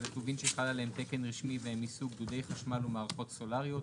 "טובין שחל עליהם תקן רשמי והם מסוג: דודי חשמל ומערכות סולאריות,